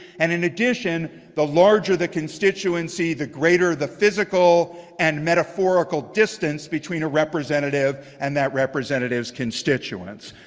and in addition the larger the constituency the greater the physical and metaphorical distance between a representative and that representative's constituents.